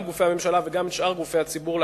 גם גופי הממשלה וגם שאר גופי הציבור,